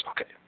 Okay